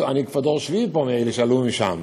אני כבר דור שביעי מאלה שעלו משם.